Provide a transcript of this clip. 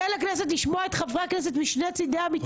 תן לכנסת לשמוע את חברי הכנסת משני צידי המתרס.